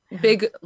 Big